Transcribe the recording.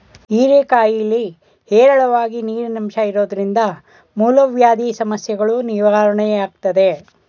ಹೀರೆಕಾಯಿಲಿ ಹೇರಳವಾಗಿ ನೀರಿನಂಶ ಇರೋದ್ರಿಂದ ಮೂಲವ್ಯಾಧಿ ಸಮಸ್ಯೆಗಳೂ ನಿವಾರಣೆಯಾಗ್ತದೆ